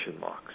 marks